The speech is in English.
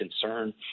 concern